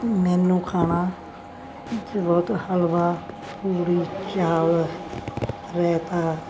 ਮੈਨੂੰ ਖਾਣਾ ਬਹੁਤ ਹਲਵਾ ਪੂਰੀ ਚਾਵਲ ਰਾਇਤਾ